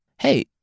Hey